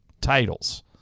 titles